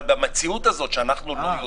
אבל במציאות הזאת שאנחנו לא יודעים,